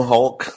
Hulk